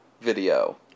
video